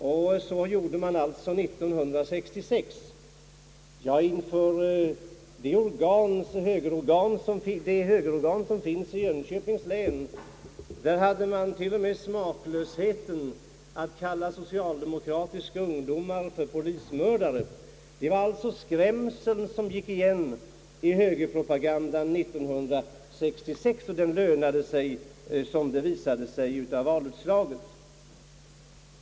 Och så gjorde man alltså 1966. Ja, högerorganet i Jönköpings län hade till och med smaklösheten att kalla socialdemokratiska ungdomar för polismördare. Det var alltså skrämseltaktiken som gick igen i högerpropagandan 1966; och den lönade sig, som valutslaget visade.